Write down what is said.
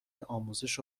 آموزش